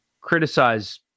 criticize